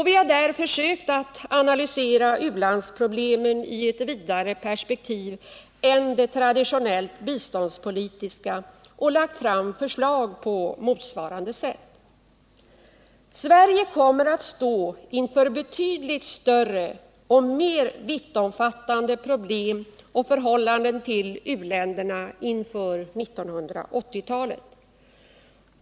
Vi har där sökt analysera u-landsproblemen i ett vidare perspektiv än det traditionellt biståndspolitiska och lagt fram förslag på motsvarande sätt. Sverige kommer att stå inför betydligt större och mer vittomfattande problem och förhållanden till uländerna inför 1980-talet.